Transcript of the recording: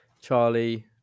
Charlie